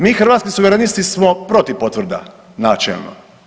Mi Hrvatski suverenisti smo protiv potvrda načelno.